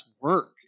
work